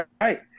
right